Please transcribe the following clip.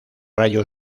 rayo